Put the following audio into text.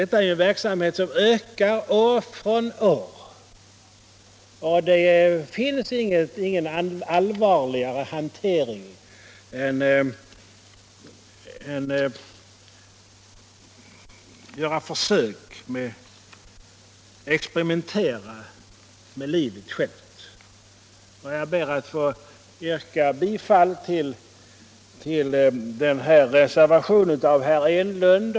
Detta är en verksamhet som ökar år efter år, och det finns ingen allvarligare hantering än att göra försök, experimentera med livet självt. Jag ber, herr talman, att få yrka bifall till reservationen av herr Enlund.